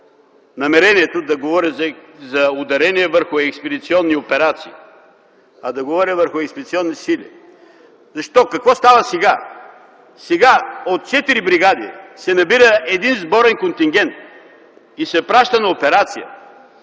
намерението да говоря за ударение върху „експедиционни операции”, а да говоря върху „експедиционни сили”. Защо? Какво става сега? Сега от четири бригади се набира един сборен контингент и се праща на операция,